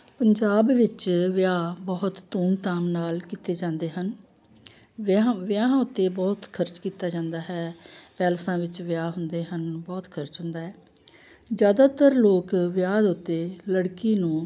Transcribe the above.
ਪੰਜਾਬ ਵਿੱਚ ਵਿਆਹ ਬਹੁਤ ਧੂਮ ਧਾਮ ਨਾਲ ਕੀਤੇ ਜਾਂਦੇ ਹਨ ਵਿਆਹ ਵਿਆਹਾਂ ਉੱਤੇ ਬਹੁਤ ਖਰਚ ਕੀਤਾ ਜਾਂਦਾ ਹੈ ਪੈਲੇਸਾਂ ਵਿੱਚ ਵਿਆਹ ਹੁੰਦੇ ਹਨ ਬਹੁਤ ਖਰਚ ਹੁੰਦਾ ਹੈ ਜ਼ਿਆਦਾਤਰ ਲੋਕ ਵਿਆਹ ਦੇ ਉੱਤੇ ਲੜਕੀ ਨੂੰ